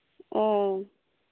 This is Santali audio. ᱚ